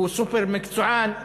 הוא סופר-מקצועי?